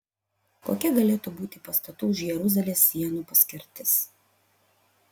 kokia galėtų būti pastatų už jeruzalės sienų paskirtis